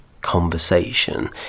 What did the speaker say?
conversation